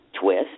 twist